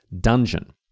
dungeon